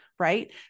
right